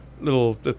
little